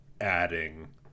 adding